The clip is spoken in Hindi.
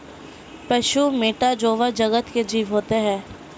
पशु मैटा जोवा जगत के जीव होते हैं